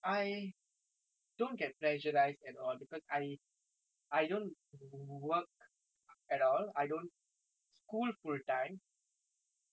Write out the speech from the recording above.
I I don't work at all I don't school full time that has given me so much of time and